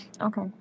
Okay